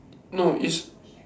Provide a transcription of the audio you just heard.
no is